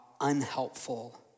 unhelpful